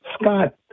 Scott